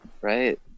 Right